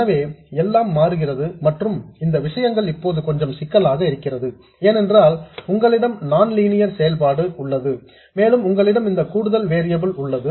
எனவே எல்லாம் மாறுகிறது மற்றும் இந்த விஷயங்கள் இப்போது கொஞ்சம் சிக்கலாக இருக்கிறது ஏனென்றால் உங்களிடம் நான் லீனியர் செயல்பாடு உள்ளது மேலும் உங்களிடம் இந்த கூடுதல் வேரியபுல் உள்ளது